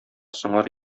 сыңар